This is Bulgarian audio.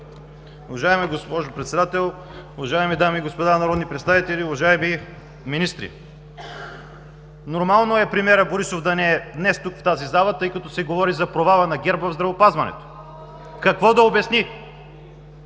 Уважаема госпожо Председател, уважаеми дами и господа народни представители, уважеми министри! Нормално е премиерът Борисов да не е днес, тук, в тази зала, тъй като се говори за провала на ГЕРБ в здравеопазването. Какво да обясни?